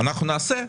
אנחנו נעשה.